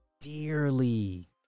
dearly